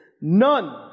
none